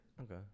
okay